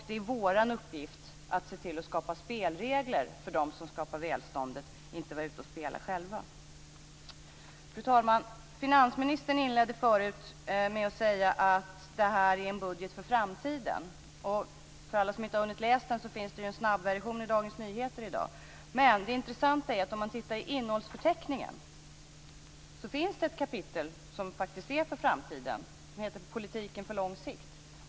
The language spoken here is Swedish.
Det är vår uppgift att skapa spelregler för dem som skapar välståndet, inte att vara ute och spela själva. Fru talman! Finansministern inledde förut med att säga att det här är en budget för framtiden. För alla som inte har hunnit läsa den finns det ju en snabbversion av den i Dagens Nyheter i dag. Men det intressanta är, om man tittar i innehållsförteckningen, att det finns ett kapitel som faktiskt handlar om framtiden, som heter politiken på lång sikt.